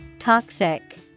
Toxic